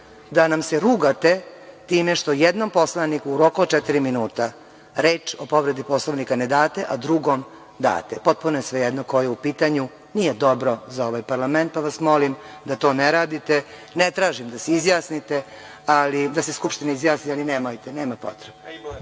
da nam se rugate time što jednom poslaniku u roku od četiri minuta reč o povredi Poslovnika ne date, a drugom date. Potpuno je svejedno ko je u pitanju, nije dobro za ovaj parlament, pa vas molim da to ne radite. Ne tražim da se izjasnite, da se Skupština izjasni, ali nemojte, nema potrebe.